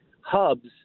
hubs